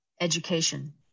education